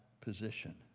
position